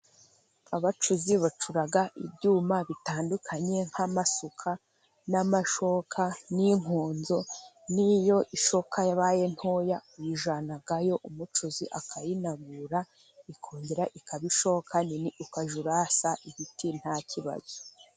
Abacuzi bacura ibyuma bitandukanye, nk'amasuka n'amashoka n'inkonzo, n'iyo ishoka yabaye ntoya uyijyana ku mucuzi akayinagura ikongera ikaba shoka nini ukajya wasa ibiti nta kibazo.